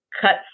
cut